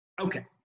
Okay